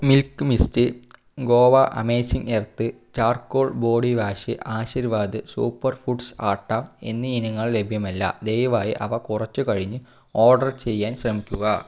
milk mist Goa amazing earth charcoal body wash Aashirvaad super foods atta എന്നീ ഇനങ്ങൾ ലഭ്യമല്ല ദയവായി അവ കുറച്ചുകഴിഞ്ഞു ഓർഡർ ചെയ്യാൻ ശ്രമിക്കുക